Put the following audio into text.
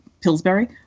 Pillsbury